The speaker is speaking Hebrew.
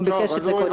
הוא ביקש את זה קודם.